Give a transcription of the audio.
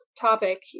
topic